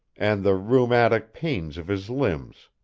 and the rheumatic pains of his limbs,